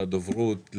לדוברות,